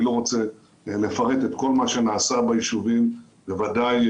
אני לא רוצה לפרט את כל מה שנעשה ביישובים בוודאי,